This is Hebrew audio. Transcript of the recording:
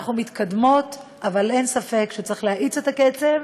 אנחנו מתקדמות אבל אין ספק שצריך להאיץ את הקצב